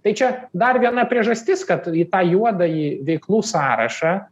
tai čia dar viena priežastis kad į tą juodąjį veiklų sąrašą